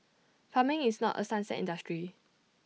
farming is not A sunset industry